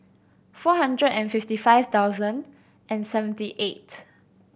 four hundred and fifty five thousand and seventy eight